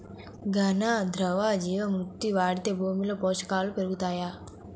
ఘన, ద్రవ జీవా మృతి వాడితే భూమిలో పోషకాలు పెరుగుతాయా?